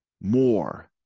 more